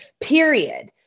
period